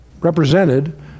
represented